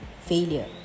failure